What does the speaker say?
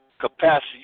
capacity